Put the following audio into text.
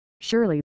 surely